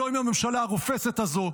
לא עם הממשלה הרופסת הזאת,